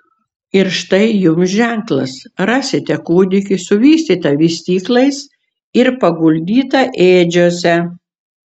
ir štai jums ženklas rasite kūdikį suvystytą vystyklais ir paguldytą ėdžiose